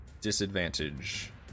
disadvantage